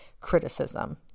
criticism